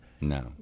No